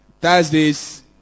Thursdays